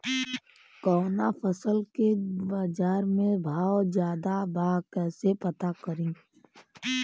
कवना फसल के बाजार में भाव ज्यादा बा कैसे पता करि?